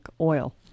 oil